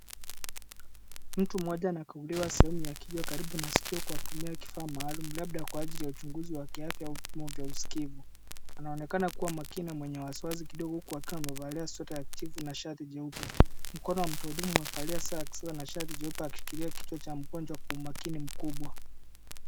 Mtu mmoja anakaguliwa sehemu ya kichwa karibu na sikio kwa kutumia kifaa maalum, labda kwa ajili ya uchunguzi wa kiafya au vipimo vya usikivu. Anaonekana kuwa makini na mwenye wasiwasi kidogo akiwa amevalia sweta ya kijivu na shati jeupe. Mkono wa mhudumu umevalia saa ya kisasa na shati jeupe akikiria kichwa cha mgonjwa kwa umakini mkubwa.